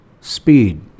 speed